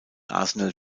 arsenal